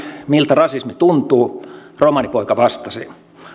miltä rasismi tuntuu romanipoika vastasi